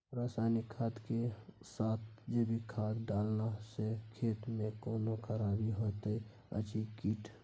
रसायनिक खाद के साथ जैविक खाद डालला सॅ खेत मे कोनो खराबी होयत अछि कीट?